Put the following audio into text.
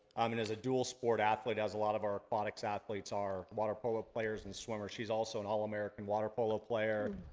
um and as a dual-sport athlete, as a lot of our aquatics athletes are. water polo players and swimmers. she's also an all-american water polo player,